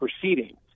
proceedings